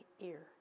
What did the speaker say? ear